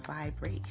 vibrate